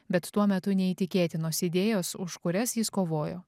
bet tuo metu neįtikėtinos idėjos už kurias jis kovojo